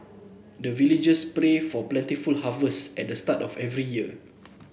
the villagers pray for plentiful harvest at the start of every year